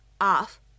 off